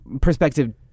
perspective